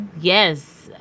Yes